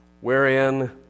wherein